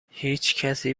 هیچکسی